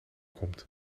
komt